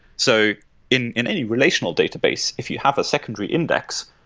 so in in any relational database, if you have a secondary index,